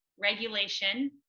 regulation